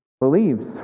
believes